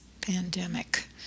pandemic